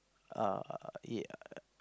err ya